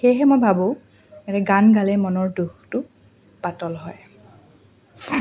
সেয়েহে মই ভাবোঁ গান গালে মনৰ দুখটো পাতল হয়